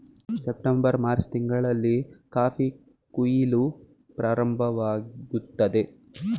September March ತಿಂಗಳಲ್ಲಿ coffee ಕುಯಿಲು ಪ್ರಾರಂಭವಾಗುತ್ತದೆ